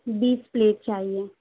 بیس plate چاہیے